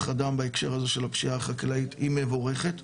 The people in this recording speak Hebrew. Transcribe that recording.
אדם בהקשר הזה של הפשיעה החקלאית היא מבורכת,